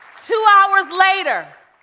two hours later,